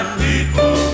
people